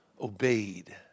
obeyed